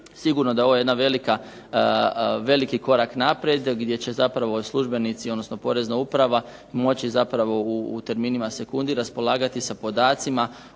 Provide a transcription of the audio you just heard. sigurno da je ovo jedna velika, veliki korak naprijed gdje će zapravo službenici, odnosno porezna uprava moći zapravo u terminima sekundi raspolagati sa podacima